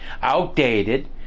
outdated